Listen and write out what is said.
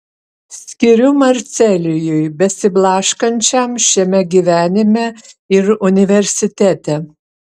skiriu marcelijui besiblaškančiam šiame gyvenime ir universitete